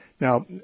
Now